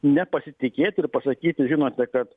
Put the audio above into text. nepasitikėti ir pasakyti žinote kad